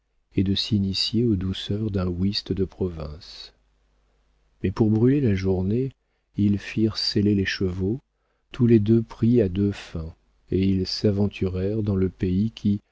et de s'initier aux douceurs d'un whist de province mais pour brûler la journée ils firent seller les chevaux tous les deux pris à deux fins et ils s'aventurèrent dans le pays qui